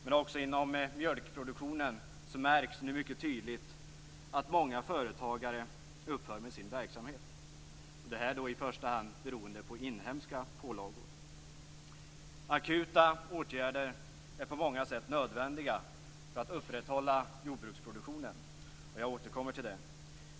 Men också inom mjölkproduktionen märks nu mycket tydligt att många företagare upphör med sin verksamhet. Detta beror i första hand på inhemska pålagor. Akuta åtgärder är på många sätt nödvändiga för att upprätthålla jordbruksproduktionen. Jag återkommer till det.